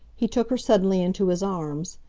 he took her suddenly into his arms.